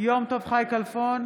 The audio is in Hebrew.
יום טוב חי כלפון,